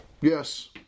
Yes